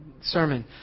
sermon